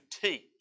teach